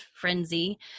frenzy